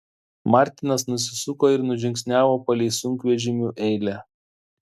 martinas nusisuko ir nužingsniavo palei sunkvežimių eilę